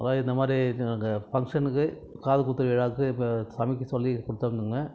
அதான் இந்த மாரி எங்களுக்கு ஃபங்ஷனுக்கு காதுக்குத்து விழாவுக்கு இப்போ சமைக்க சொல்லி கொடுத்துருந்தோங்க